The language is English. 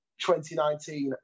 2019